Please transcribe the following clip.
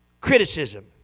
criticism